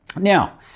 Now